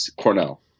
Cornell